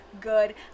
good